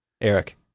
Eric